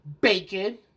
bacon